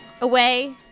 away